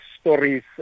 stories